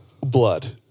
Blood